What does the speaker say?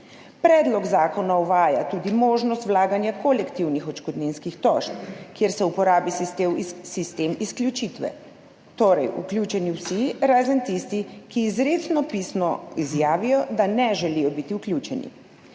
Predlog zakona uvaja tudi možnost vlaganja kolektivnih odškodninskih tožb, kjer se uporabi sistem izključitve, torej vključeni so vsi, razen tisti, ki izrecno pisno izjavijo, da ne želijo biti vključeni.